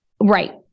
Right